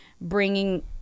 bringing